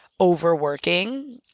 overworking